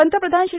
पंतप्रधान श्री